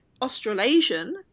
Australasian